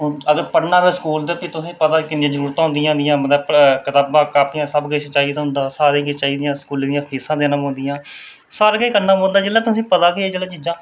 हून भी अगर पढ़ना होऐ स्कूल ते भा तुसें ई पता किन्नियां जरूरतां होंदियां न जि'यां मतलब कताबां कापियां सब किश चाहिदा होंदा सारा किश चाहिदा स्कूलें दियां फीसां देनियां पौंदियां सारा किश करना पौंदा जेल्लै तुसेंगी पता गै ऐ जेल्लै चीजां